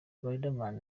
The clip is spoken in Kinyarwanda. riderman